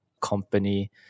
company